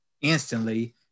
instantly